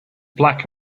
black